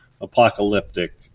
apocalyptic